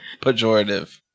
Pejorative